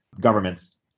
governments